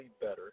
better